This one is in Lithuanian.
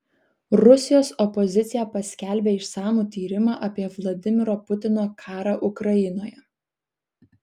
rusijos opozicija paskelbė išsamų tyrimą apie vladimiro putino karą ukrainoje